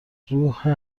روح